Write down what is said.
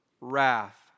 wrath